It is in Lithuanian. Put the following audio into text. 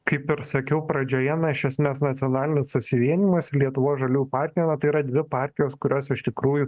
kaip ir sakiau pradžioje na iš esmės nacionalinis susivienijimas ir lietuvos žaliųjų partija na tai yra dvi partijos kurios iš tikrųjų